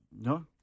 No